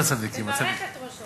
מה אתה נאנח, חבר הכנסת כהן?